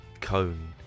cone